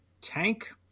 tank